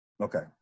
Okay